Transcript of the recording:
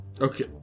Okay